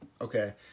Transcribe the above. Okay